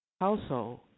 household